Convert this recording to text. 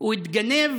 הוא התגנב